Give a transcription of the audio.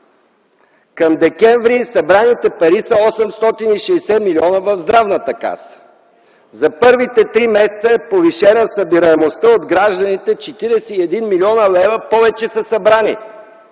Към декември събраните пари са 860 милиона в Здравната каса. За първите три месеца е повишена събираемостта от гражданите – 41 млн. лв. повече са събрани,